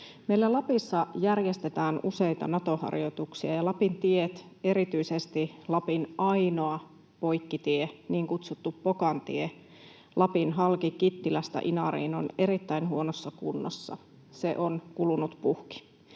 Meillä Lapissa järjestetään useita Nato-harjoituksia ja Lapin tiet, erityisesti Lapin ainoa poikkitie, niin kutsuttu Pokan tie Lapin halki Kittilästä Inariin on erittäin huonossa kunnossa. Se on kulunut puhki.